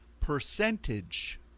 percentage